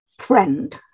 friend